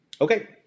Okay